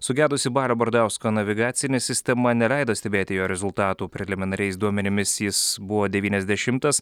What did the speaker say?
sugedusi balio bardausko navigacinė sistema neleido stebėti jo rezultatų preliminariais duomenimis jis buvo devyniasdešimtas